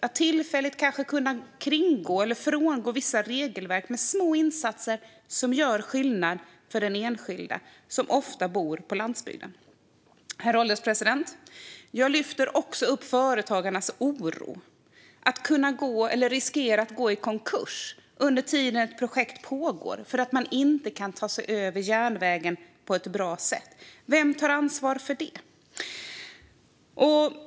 Kanske ska man ha möjlighet att tillfälligt kringgå eller frångå vissa regelverk. Det är små insatser som gör skillnad för den enskilde - som ofta bor på landsbygden. Herr ålderspresident! Jag lyfter också upp företagarnas oro för risken att gå i konkurs under tiden ett projekt pågår därför att de inte kan ta sig över järnvägen på ett bra sätt. Vem tar ansvar för det?